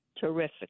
terrific